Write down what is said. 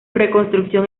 reconstrucción